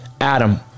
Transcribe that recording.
Adam